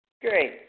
Great